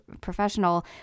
professional